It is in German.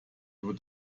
nur